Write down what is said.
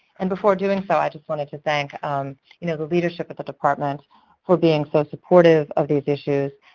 and before doing so, i just wanted to thank um you know the leadership at the department for being so supportive of these issues,